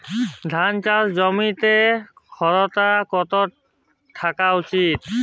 ধান চাষে মাটির ক্ষারকতা কত থাকা উচিৎ?